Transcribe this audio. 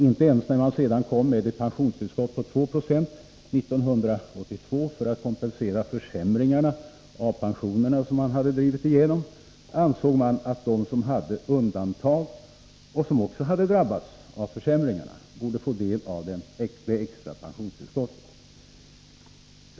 Inte ens när man sedan, 1982, kom med förslag till pensionstillskott på 2 96 för att kompensera de försämringar av pensionerna som man hade drivit igenom ansåg man att de som hade begärt undantag — som också hade drabbats av försämringarna — borde få del av det extra pensionstillskottet.